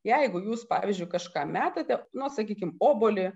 jeigu jūs pavyzdžiui kažką metate na sakykim obuolį